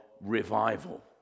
revival